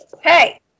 Hey